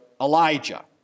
Elijah